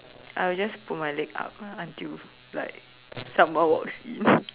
I will just put my leg up until like someone walks in